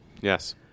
Yes